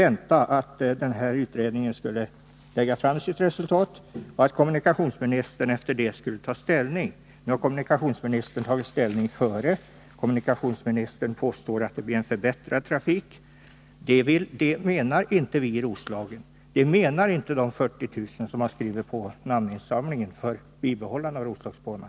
Vi väntade att denna utredning skulle lägga fram resultatet av sitt arbete och att kommunikationsministern därefter skulle ta ställning. Nu har kommunikationsministern tagit ställning dessförinnan. Kommunikationsministern påstår att det blir en förbättrad trafik. Det anser inte vi i Roslagen, och det anser inte de 40 000 personer som skrivit på namninsamlingen för ett bibehållande av Roslagsbanan.